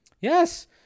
Yes